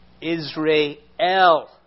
Israel